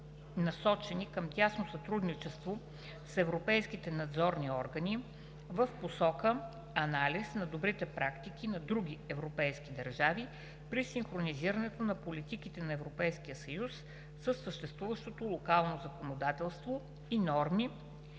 насочени към тясно сътрудничество с Европейските надзорни органи в посока анализ на добрите практики на други европейски държави при синхронизирането на политиките на Европейския съюз със съществуващото локално законодателство и норми;